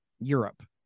Europe